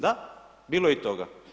Da bilo je i toga.